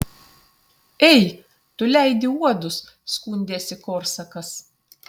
ei tu leidi uodus skundėsi korsakas